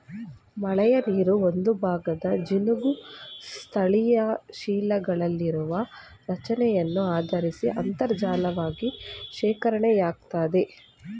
ಮಳೆನೀರಿನ ಒಂದುಭಾಗ ಜಿನುಗಿ ಸ್ಥಳೀಯಶಿಲೆಗಳಲ್ಲಿರುವ ರಚನೆಯನ್ನು ಆಧರಿಸಿ ಅಂತರ್ಜಲವಾಗಿ ಶೇಖರಣೆಯಾಗ್ತದೆ